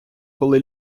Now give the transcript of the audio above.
коли